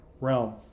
realm